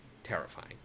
Terrifying